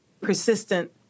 persistent